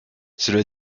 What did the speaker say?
cela